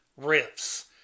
riffs